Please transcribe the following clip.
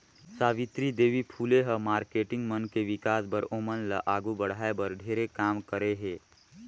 सावित्री देवी फूले ह मारकेटिंग मन के विकास बर, ओमन ल आघू बढ़ाये बर ढेरे काम करे हे